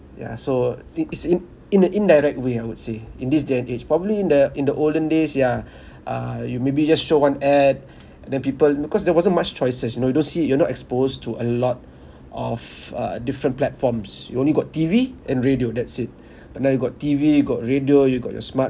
yeah so it is in in a indirect way I would say in this day and age probably in the in the olden days yeah uh you maybe just show one ad and then people because there wasn't much choices you know you don't see you're not exposed to a lot of uh different platforms you only got T_V and radio that's it but now you got T_V you got radio you got your smartphone